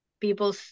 People